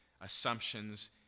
assumptions